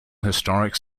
historic